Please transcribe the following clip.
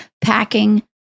packing